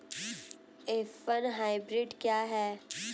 F one hybrid क्या है?